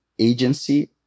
Agency